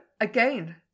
again